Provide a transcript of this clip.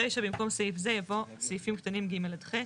1. ברישא במקום סעיף זה יבואו סעיפים קטנים ג' עד ח'.